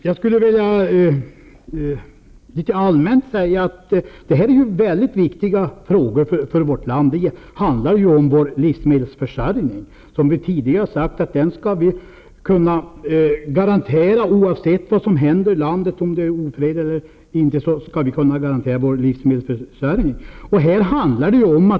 Fru talman! Jag skulle allmänt vilja säga att detta är mycket viktiga frågor för vårt land. Det handlar om vår livsmedelsförsörjning. Vi har tidigare sagt att livsmedelsförsörjningen skall kunna garanteras oavsett vad som händer i landet, oavsett om det är ofred.